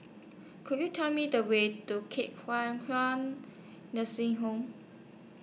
Could YOU Tell Me The Way to Hua Kwan Nursing Home